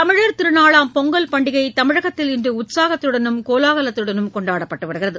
தமிழர் திருநாளாம் பொங்கல் பண்டிகை தமிழகத்தில் இன்று உற்சாகத்துடனும் கோலாகலத்துடனும் கொண்டாடப்பட்டு வருகிறது